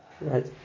Right